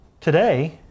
Today